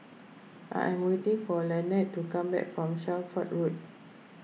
I am waiting for Lanette to come back from Shelford Road